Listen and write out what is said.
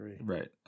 Right